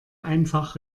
einfach